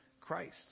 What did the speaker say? Christ